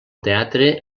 teatre